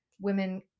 Women